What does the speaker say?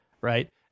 right